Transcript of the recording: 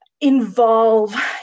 involve